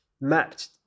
mapped